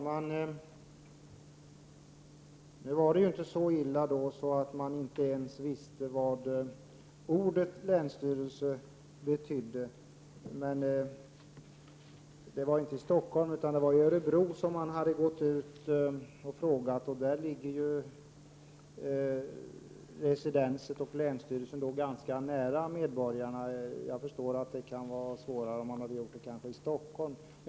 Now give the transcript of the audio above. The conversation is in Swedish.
Herr talman! Nu var det inte så illa att man inte visste vad ordet ”länsstyrelse” betydde. Det var inte i Stockholm utan i Örebro som man hade gått ut och ställt frågor, och i Örebro ligger ju residenset och länsstyrelsen ganska nära medborgarna. Jag förstår att det kanske hade varit svårare i Stockholm.